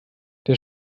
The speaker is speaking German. der